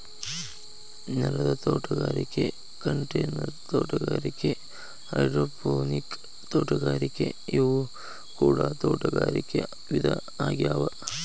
ನೆಲದ ತೋಟಗಾರಿಕೆ ಕಂಟೈನರ್ ತೋಟಗಾರಿಕೆ ಹೈಡ್ರೋಪೋನಿಕ್ ತೋಟಗಾರಿಕೆ ಇವು ಕೂಡ ತೋಟಗಾರಿಕೆ ವಿಧ ಆಗ್ಯಾವ